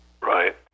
Right